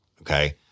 okay